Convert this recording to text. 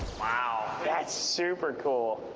wow, that's super cool.